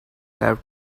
have